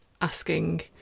asking